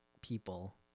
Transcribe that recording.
people